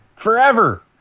Forever